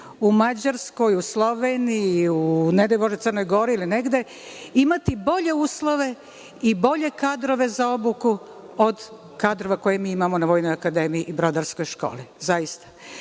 u Mađarskoj, Sloveniji, ne daj Bože, Crnoj Gori imati bolje uslove i bolje kadrove za obuku od kadrova koje mi imamo na Vojnoj akademiji i Brodarskoj školi.